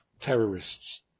terrorists